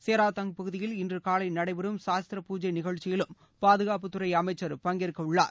சேராதங்க் பகுதியில் இன்று காலை நடைபெறும் சாஸ்திர பூஜை நிகழ்ச்சியிலும் பாதுகாப்புத்துறை அமைச்சர் பங்கேற்கிறார்